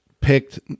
picked